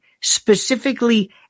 specifically